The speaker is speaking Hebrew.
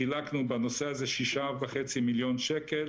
חלקנו בנושא הזה שישה וחצי מיליון שקלים